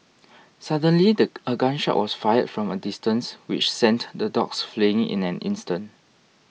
suddenly the a gun shot was fired from a distance which sent the dogs fleeing in an instant